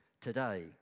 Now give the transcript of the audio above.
today